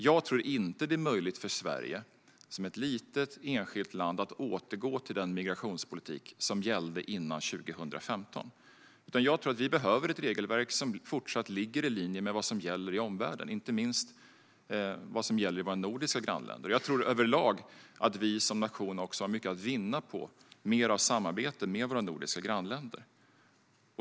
Jag tror inte att det är möjligt för Sverige att som ett litet enskilt land återgå till den migrationspolitik som gällde före 2015. Utan vi behöver ett regelverk som fortsätter att ligga i linje med vad som gäller i omvärlden, inte minst i våra nordiska grannländer. Överlag tror jag att vi som nation också har mycket att vinna med mer samarbete med våra nordiska grannländer.